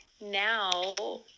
now